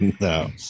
No